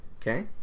Okay